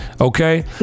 Okay